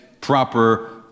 proper